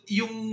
yung